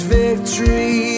victory